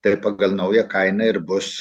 tai pagal naują kainą ir bus